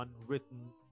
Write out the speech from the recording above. unwritten